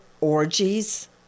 orgies